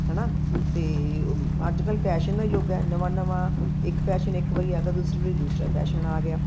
ਹੈ ਨਾ ਅਤੇ ਅੱਜ ਕੱਲ੍ਹ ਫੈਸ਼ਨ ਦਾ ਯੁੱਗ ਹੈ ਨਵਾਂ ਨਵਾਂ ਇੱਕ ਫੈਸ਼ਨ ਇੱਕ ਵਾਰ ਆ ਗਿਆ ਦੂਸਰੀ ਵਾਰ ਦੂਸਰਾ ਫੈਸ਼ਨ ਆ ਗਿਆ